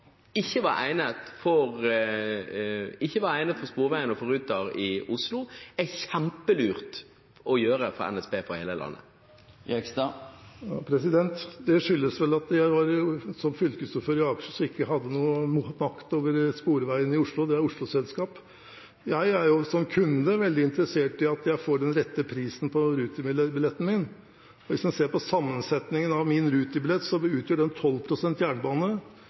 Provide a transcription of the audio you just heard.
ikke var egnet for Sporveien og for Ruter i Oslo, er kjempelurt å gjøre for NSB i hele landet? Det skyldes vel at jeg som fylkesordfører i Akershus ikke hadde noen makt over Sporveien i Oslo, det er et Oslo-selskap. Jeg er som kunde veldig interessert i at jeg får den rette prisen på Ruter-billetten min. Hvis man ser på sammensetningen av min Ruter-billett, utgjør den 12 pst. jernbane, 32 pst. sporveien, 1 pst. båt og 45 pst. buss. Bussen er konkurranseutsatt, men jeg tror Ruter har en